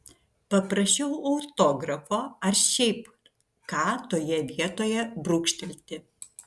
paprašiau autografo ar šiaip ką toje vietoje brūkštelti